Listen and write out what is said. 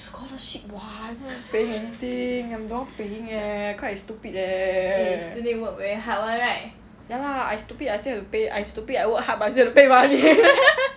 scholarship !wah! painting I am the one paying eh cause I stupid eh ya lah I stupid I still have to pay I stupid I work hard but I still have to pay money